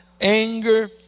anger